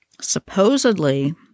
supposedly